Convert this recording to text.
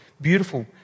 beautiful